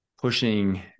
pushing